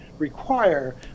Require